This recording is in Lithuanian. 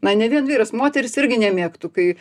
na ne vien vyras moteris irgi nemėgtų kai